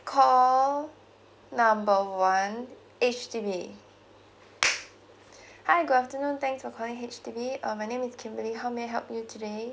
call number one H_D_B hi good afternoon thanks for calling H_D_B uh my name is kimberly how may I help you today